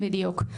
בדיוק.